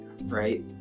right